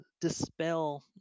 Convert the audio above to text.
dispel